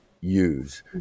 use